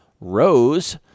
rose